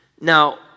Now